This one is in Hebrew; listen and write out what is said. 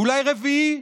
אולי רביעי,